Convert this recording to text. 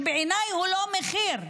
שבעיניי הוא לא מחיר,